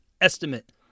estimate